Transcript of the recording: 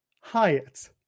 hyatt